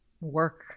work